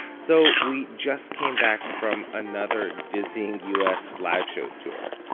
so we just came back from another dizzying us live show tour.